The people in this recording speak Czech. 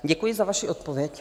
Děkuji za vaši odpověď.